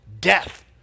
death